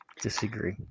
Disagree